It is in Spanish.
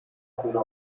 una